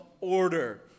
order